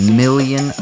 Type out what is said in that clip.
million